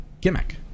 Gimmick